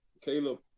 Caleb